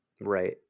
right